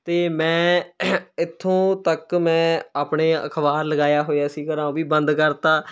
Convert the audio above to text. ਅਤੇ ਮੈਂ ਇੱਥੋਂ ਤੱਕ ਮੈਂ ਆਪਣੇ ਅਖਬਾਰ ਲਗਾਇਆ ਹੋਇਆ ਸੀਗਾ ਘਰਾਂ ਉਹ ਵੀ ਬੰਦ ਕਰਤਾ